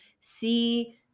see